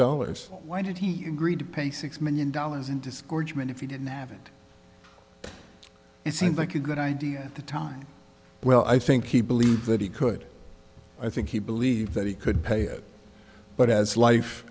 dollars why did he agree to pay six million dollars in discouragement if you didn't have it it seemed like a good idea at the time well i think he believed that he could i think he believed that he could pay it but as life